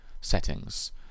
settings